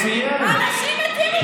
הוא צעק שאנשים מתים.